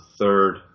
third